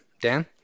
Dan